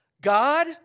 God